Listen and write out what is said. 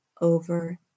over